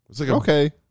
Okay